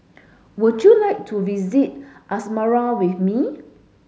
would you like to visit Asmara with me